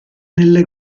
nelle